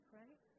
right